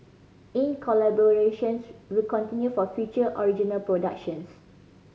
in collaborations will continue for future original productions